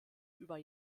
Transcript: über